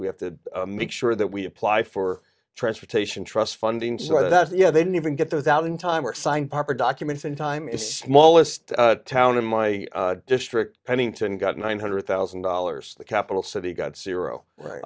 we have to make sure that we apply for transportation trust funding so that they don't even get those out in time or sign proper documents in time is smallest town in my district pennington got nine hundred thousand dollars the capital city got zero right